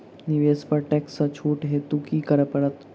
निवेश पर टैक्स सँ छुट हेतु की करै पड़त?